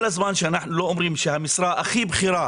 כל הזמן שאנחנו לא אומרים שהמשרה הכי בכירה